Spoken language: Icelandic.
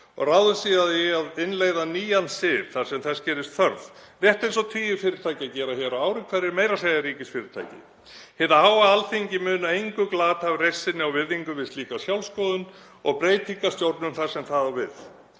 ráðast síðan í að innleiða nýjan sið þar sem þess gerist þörf, rétt eins og tugir fyrirtækja gera á ári hverju, meira að segja ríkisfyrirtæki. Hið háa Alþingi munu engu glata af reisn sinni og virðingu við slíka sjálfsskoðun og breytingastjórnun þar sem það á við.